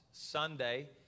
Sunday